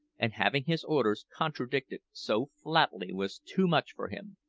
and having his orders contradicted so flatly was too much for him.